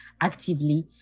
actively